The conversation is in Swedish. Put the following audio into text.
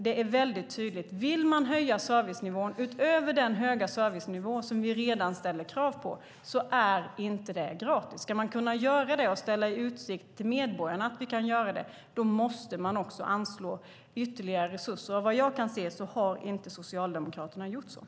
Det är väldigt tydligt: Vill man höja servicenivån utöver den höga servicenivå som vi redan ställer krav på är inte det gratis. Ska man kunna göra det och ställa i utsikt till medborgarna att vi kan göra det måste man också anslå ytterligare resurser. Jag kan inte se att Socialdemokraterna har gjort det.